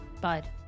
bud